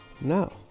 no